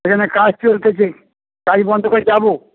সেখানে কাজ চলছে কাজ বন্ধ করে যাবো